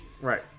right